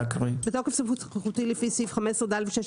"בתוקף סמכותי לפי סעיפים 15(ד) ו-16